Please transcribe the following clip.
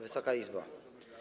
Wysoka Izbo!